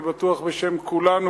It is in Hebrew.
אני בטוח בשם כולנו,